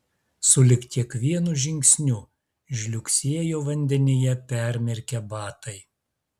sulig kiekvienu žingsniu žliugsėjo vandenyje permirkę batai